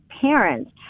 parents